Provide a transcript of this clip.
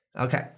Okay